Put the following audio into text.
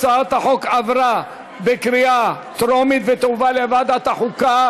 הצעת החוק עברה בקריאה טרומית ותועבר לוועדת החוקה,